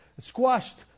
squashed